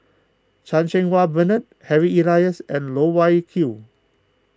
Chan Cheng Wah Bernard Harry Elias and Loh Wai Kiew